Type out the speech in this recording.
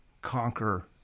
conquer